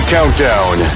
Countdown